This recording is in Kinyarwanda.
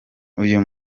uyu